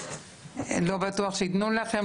שלא בטוח שייתנו לכם,